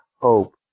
hope